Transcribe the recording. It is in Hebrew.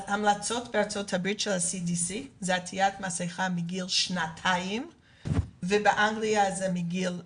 המלצות ה-CDC בארצות הברית היא עטיית מסכה מגיל שנתיים ובאנגליה מגיל 3,